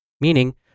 meaning